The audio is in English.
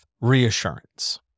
reassurance